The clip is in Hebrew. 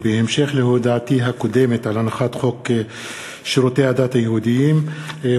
בהמשך להודעתי הקודמת על הנחת חוק שירותי הדת היהודיים (תיקון מס' 19),